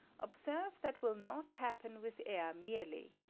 observe, that will not happen with air merely.